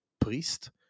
priest